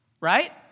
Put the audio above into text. right